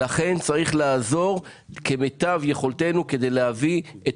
לכן צריך לעזור כמיטב יכולתנו כדי להביא את